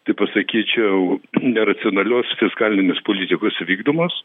tai pasakyčiau neracionalios fiskalinės politikos vykdomos